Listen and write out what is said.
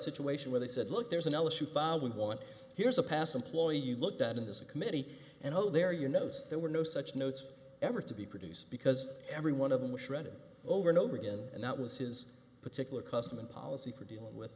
situation where they said look there's another shoe file we want here's a pass and ploy you looked at in this committee and oh there you knows there were no such notes ever to be produced because every one of them was shredded over and over again and that was his particular custom and policy for dealing with